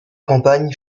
campagne